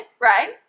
right